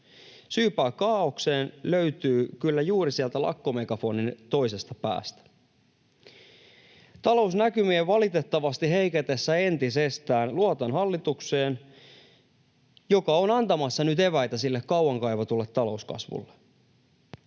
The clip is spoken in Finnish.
Syypää kaaokseen löytyy kyllä juuri sieltä lakkomegafonin toisesta päästä. Talousnäkymien valitettavasti heiketessä entisestään luotan hallitukseen, joka on antamassa nyt eväitä sille kauan kaivatulle talouskasvulle